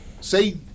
Say